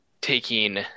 taking